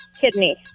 kidney